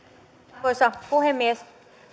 arvoisa puhemies